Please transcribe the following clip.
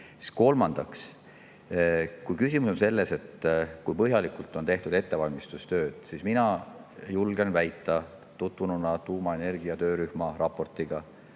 turule. Kolmandaks, kui küsimus on selles, kui põhjalikult on tehtud ettevalmistustööd, siis mina julgen väita, olles tutvunud tuumaenergia töörühma raportiga,